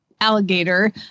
alligator